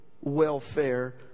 welfare